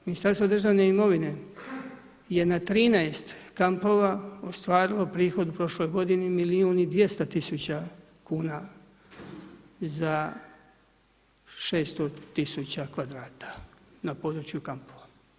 Ministarstvo državne imovine je na 13 kampova ostvarilo prihod u prošloj godinu milijun i 200 tisuća kuna za 600 tisuća kvadrata na području kampova.